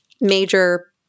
major